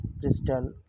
Crystal